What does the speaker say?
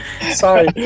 Sorry